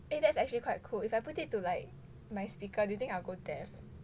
eh that's actually quite cool if I put it to like my speaker do you think I'll go deaf